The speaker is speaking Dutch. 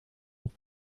nog